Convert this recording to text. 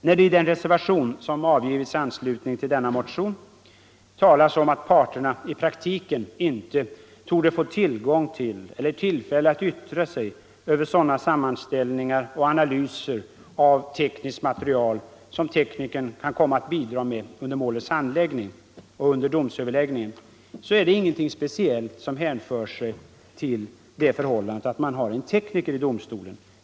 När det i den reservation som avgivits i anslutning till denna motion talas om att parterna i praktiken inte torde få tillgång till eller tillfälle att yttra sig över sådana sammanställningar och analyser av tekniskt material som teknikern kan komma att bidra med under målets handläggning och under domsöverläggningen, så är det ingenting som speciellt hänför sig till det förhållandet att man har en tekniker i domstolen.